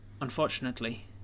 unfortunately